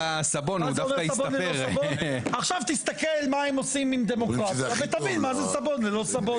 עכשיו תסתכל מה הם עושים עם דמוקרטיה ותבין מה זה סבון ללא סבון.